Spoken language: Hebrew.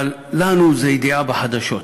אבל לנו זו ידיעה בחדשות.